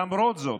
למרות זאת,